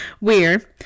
weird